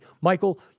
Michael